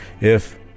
if